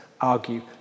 argue